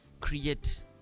create